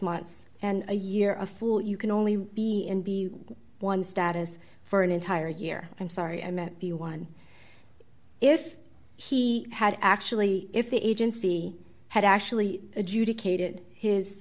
months and a year of fool you can only be in b one status for an entire year i'm sorry i meant be one if he had actually if the agency had actually